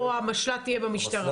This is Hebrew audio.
או שהמשל"ט יהיה במשטרה?